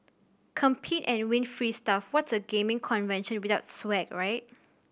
compete and win free stuff what's a gaming convention without swag right